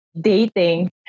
dating